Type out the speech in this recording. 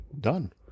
done